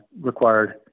required